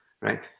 right